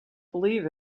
believe